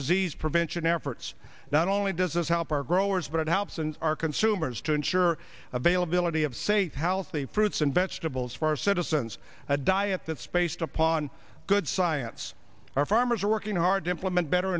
disease prevention efforts not only does this help our growers but it helps and our consumers to ensure availability of safe house the pruett's and vegetables for our citizens a diet that's based upon good science our farmers are working hard to implement better